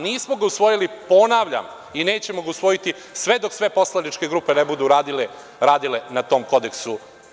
Nismo ga usvojili, ponavljam, i nećemo ga usvojiti sve, dok sve poslaničke grupe ne budu radile na tom kodeksu.